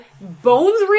Bones